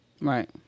Right